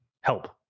help